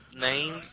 name